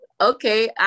Okay